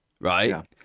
right